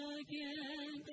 again